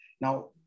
Now